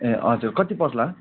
ए हजुर कति पर्ला